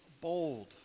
bold